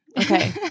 Okay